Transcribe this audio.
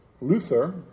Luther